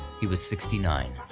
he was sixty nine.